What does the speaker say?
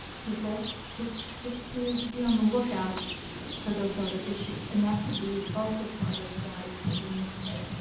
people just just to be on the lookout for those other issues. and that could be also part of why children misbehave.